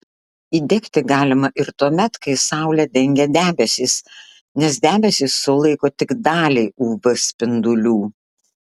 įdegti galima ir tuomet kai saulę dengia debesys nes debesys sulaiko tik dalį uv spindulių